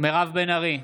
מירב בן ארי,